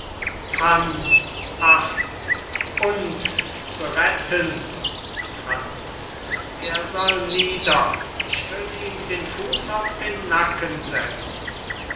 franz ach uns zu retten franz er soll nieder ich will ihm den fuß auf den nacken setzen